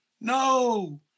No